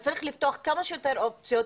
אז צריך לפתוח כמה שיותר אופציות,